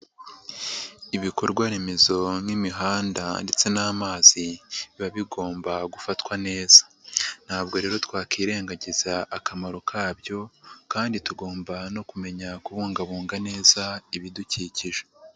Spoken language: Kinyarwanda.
Ibikorwa remezo nk'imihanda ndetse n'amazi biba bigomba gufatwa neza ntabwo rero twakirengagiza akamaro kabyo kandi tugomba no kumenya kubungabunga neza ibidukikije.